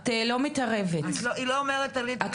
את לא מתערבת --- היא לא אומרת עליתי לארץ ישראל.